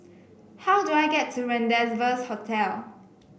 how do I get to Rendezvous Hotel